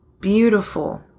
beautiful